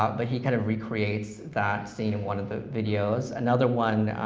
ah but he kind of recreates that scene in one of the videos. another one